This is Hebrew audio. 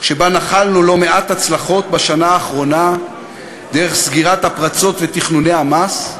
שבה נחלנו לא מעט הצלחות בשנה האחרונה דרך סגירת הפרצות ותכנוני המס,